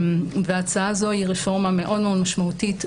הצעה זו היא רפורמה מאוד-מאוד משמעותית,